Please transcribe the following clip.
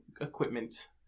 equipment